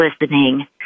listening